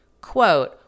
quote